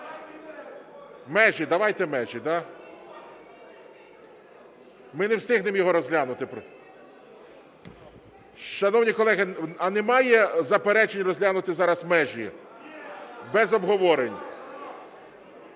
Межі, давайте межі, да? (Шум у залі) Ми не встигнемо його розглянути. Шановні колеги, а немає заперечень розглянути зараз межі без обговорення?